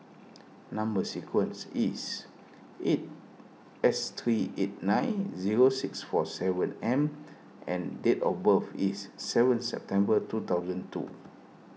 Number Sequence is eight S three eight nine zero six four seven M and date of birth is seven September two thousand two